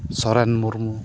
Soren Murmu